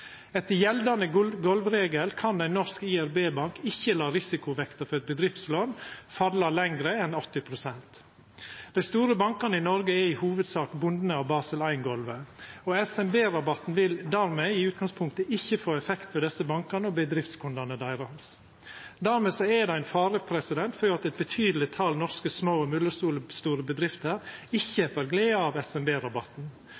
Etter gjeldande golvregel kan ein norsk IRB-bank ikkje la risikovekta for eit bedriftslån falla lågare enn 80 pst. Dei store bankane i Noreg er i hovudsak bundne av Basel I-golvet, og SMB-rabatten vil dermed i utgangspunktet ikkje få effekt for desse bankane og bedriftskundane deira. Dermed er det ein fare for at eit betydeleg tal norske små og mellomstore bedrifter ikkje